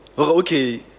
Okay